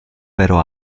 vero